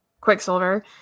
quicksilver